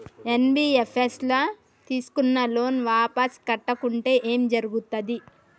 NBFS ల తీస్కున్న loan వాపస్ కట్టకుంటే ఏం జర్గుతది?